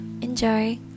Enjoy